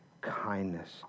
kindness